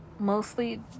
Mostly